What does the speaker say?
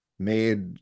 made